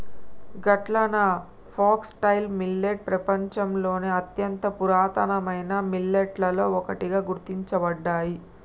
గట్లన foxtail millet పెపంచంలోని అత్యంత పురాతనమైన మిల్లెట్లలో ఒకటిగా గుర్తించబడ్డాయి